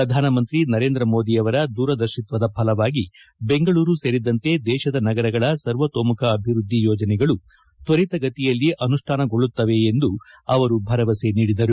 ಪ್ರಧಾನಮಂತ್ರಿ ನರೇಂದ್ರಮೋದಿ ಅವರ ದೂರದರ್ತಿತ್ತದ ಫಲವಾಗಿ ಬೆಂಗಳೂರು ಸೇರಿದಂತೆ ದೇಶದ ನಗರಗಳ ಸರ್ವತೋಮುಖ ಅಭಿವ್ದದ್ದಿ ಯೋಜನೆಗಳು ತ್ವರಿತಗತಿಯಲ್ಲಿ ಅನುಷ್ಠಾನಗೊಳ್ಳುತ್ತದೆ ಎಂದು ಅವರು ಭರವಸೆ ನೀಡಿದರು